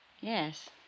Yes